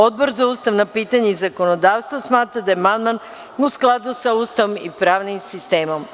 Odbor za ustavna pitanja i zakonodavstvo smatra da je amandman u skladu sa Ustavom i pravnim sistemom.